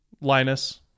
Linus